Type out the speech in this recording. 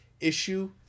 issue